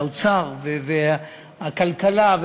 האוצר והכלכלה,